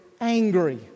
angry